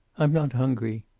i'm not hungry.